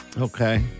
Okay